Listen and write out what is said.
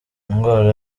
indwara